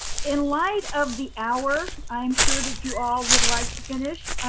in light of the hour, i'm sure that you all would like to finish.